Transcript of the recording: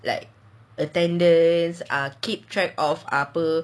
like attendance ah keep track of apa